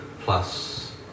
plus